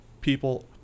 people